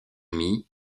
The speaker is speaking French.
mie